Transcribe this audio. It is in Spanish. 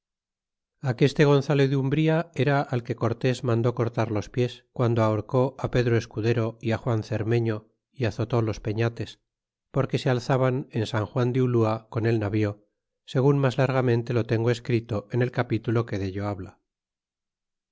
aguaste gonzalo de umbria era al que cortés mandó cortar los pies quando ahorcó pedro escudero é á juan cermeño y azotó los peñates porque se alzaban en san juan de ulua con el navío segun mas largamente lo tengo escrito en el capítulo que dello habla